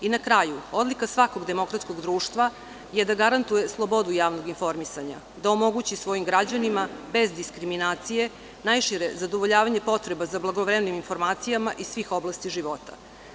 Na kraju, odlika svakog demokratskog društva je da garantuje slobodu javnog informisanja, da omogući svojim građanima, bez diskriminacije, najšire zadovoljavanje potreba za blagovremenim informacijama iz svih oblasti života.